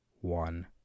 one